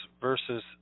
versus